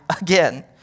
again